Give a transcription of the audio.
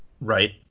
right